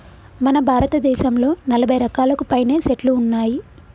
మన భారతదేసంలో నలభై రకాలకు పైనే సెట్లు ఉన్నాయి